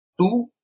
Two